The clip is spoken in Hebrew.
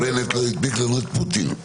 --- פוטין.